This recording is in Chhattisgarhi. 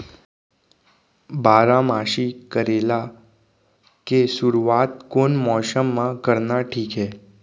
बारामासी करेला के शुरुवात कोन मौसम मा करना ठीक हे?